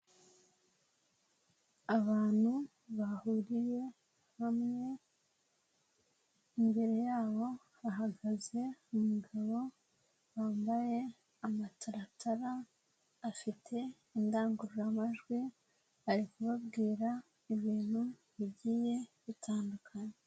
Abantu bahuriye hamwe, imbere yabo hahagaze umugabo wambaye amataratara, afite indangururamajwi aribwira ibintu bigiye bitandukanyekanye.